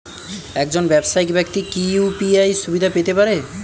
একজন ব্যাবসায়িক ব্যাক্তি কি ইউ.পি.আই সুবিধা পেতে পারে?